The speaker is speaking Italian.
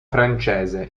francese